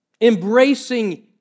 Embracing